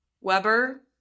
Weber